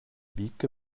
wiebke